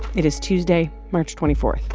it is tuesday, march twenty four